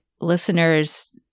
listeners